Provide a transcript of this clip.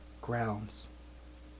grounds